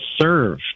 serve